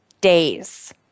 days